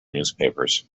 newspapers